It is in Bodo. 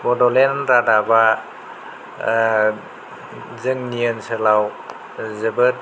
बड'लेण्ड रादाबआ जोंनि ओनसोलाव जोबोद